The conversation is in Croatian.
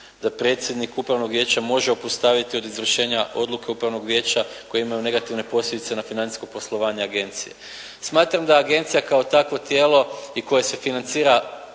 da predsjednik Upravnog vijeća može obustaviti od izvršenja odluke Upravnog vijeća koje imaju negativne posljedice na financijsko poslovanje agencije. Smatram da agencija kao takvo tijelo i koje se financira